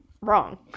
wrong